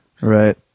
Right